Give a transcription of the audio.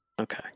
Okay